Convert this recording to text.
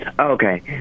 Okay